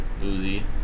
Uzi